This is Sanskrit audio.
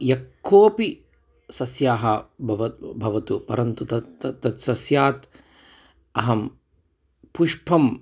यः कोऽपि सस्यः बव भवतु परन्तु तत् तत् तत् तस्मात् अहं पुष्पम्